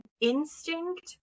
instinct